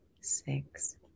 six